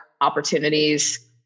opportunities